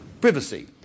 privacy